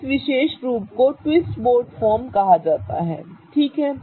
इस विशेष रूप को ट्विस्ट बोट फॉर्म कहा जाता है ठीक है